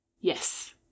Yes